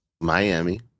Miami